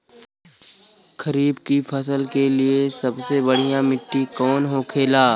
खरीफ की फसल के लिए सबसे बढ़ियां मिट्टी कवन होखेला?